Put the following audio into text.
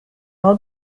all